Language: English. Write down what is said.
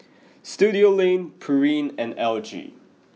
Studioline Pureen and L G